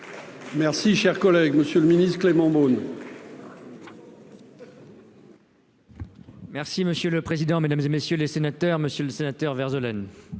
Merci, cher collègue, Monsieur le Ministre, Clément Beaune. Merci monsieur le président, Mesdames et messieurs les sénateurs, Monsieur le Sénateur Vert de